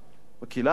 בקהילה הבין-לאומית,